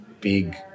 big